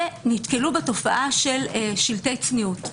שנתקלו בתופעה של שלטי צניעות.